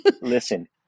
listen